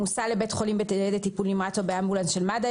המוסע לבית חולים בניידת טיפול נמרץ או באמבולנס של מד"א,